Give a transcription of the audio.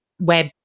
web